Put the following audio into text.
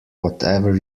whatever